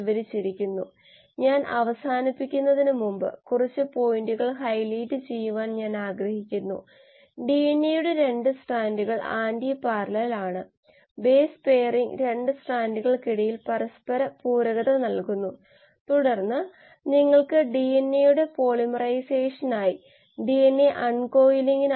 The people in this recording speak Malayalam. കാൻസർ എന്നേക്കും വളരാൻ കഴിയുന്ന ഒരു കോശം നിങ്ങൾ എടുക്കുന്നു ഒരു പ്രത്യേക തരം ആന്റിബോഡി ഉൽപാദിപ്പിക്കാൻ കഴിയുന്ന ഒരു കോശം നിങ്ങൾ എടുക്കുകയും അവയെ ഒന്നിച്ച് ചേർക്കുകയും ചെയ്യുന്നു അത്തരം ഒരു ആന്റിബോഡി മാത്രം ഉൽപാദിപ്പിക്കുന്ന ഒരു കോശം നിങ്ങൾക്ക് ലഭിക്കും ഒപ്പം എന്നേക്കും വളരാനും കഴിയും അത് കോശം പൂർണ്ണമായും മാറ്റുന്നു നിങ്ങൾ അവയെ ബയോറിയാക്ടറുകളിൽ ഉപയോഗിക്കുകയാണെങ്കിൽ ആവശ്യമായ ഉൽപ്പന്നത്തിന്റെ ഉത്പാദനം ലഭിക്കും ബയോറിയാക്ടറുകളിൽ നിന്നുള്ള മോണോക്ലോണൽ ആന്റിബോഡി